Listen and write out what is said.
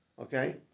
okay